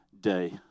day